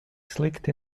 slikti